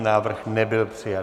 Návrh nebyl přijat.